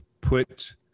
put